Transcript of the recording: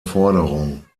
forderung